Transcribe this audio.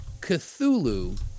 Cthulhu